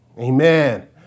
Amen